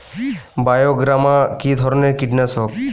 বায়োগ্রামা কিধরনের কীটনাশক?